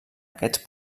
aquests